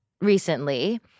recently